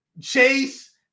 Chase